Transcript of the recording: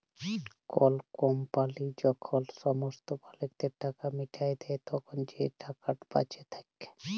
call company যখল সমস্ত মালিকদের টাকা মিটাঁয় দেই, তখল যে টাকাট বাঁচে থ্যাকে